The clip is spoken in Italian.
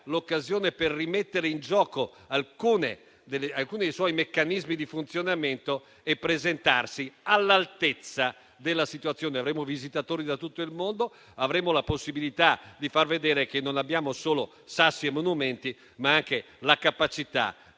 italiano - per rimettere in gioco alcuni suoi meccanismi di funzionamento e per presentarsi all'altezza della situazione. Avremo visitatori da tutto il mondo, avremo la possibilità di far vedere che abbiamo non solo sassi e monumenti, ma anche la capacità